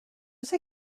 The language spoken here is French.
sais